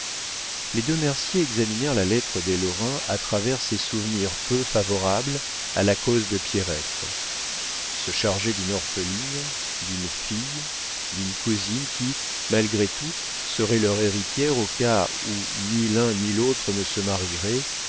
les deux merciers examinèrent la lettre des lorrain à travers ces souvenirs peu favorables à la cause de pierrette se charger d'une orpheline d'une fille d'une cousine qui malgré tout serait leur héritière au cas où ni l'un ni l'autre ne se marierait